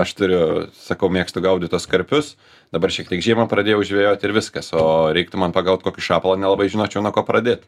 aš turiu sakau mėgstu gaudyt tuos karpius dabar šiek tiek žiemą pradėjau žvejot ir viskas o reiktų man pagal kokį šapalą nelabai žinočiau nuo ko pradėt